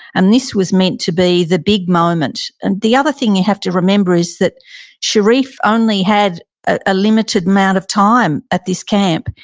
and this was meant to be the big moment. and the other thing you have to remember is that sherif only had a limited amount of time at this camp.